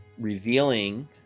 revealing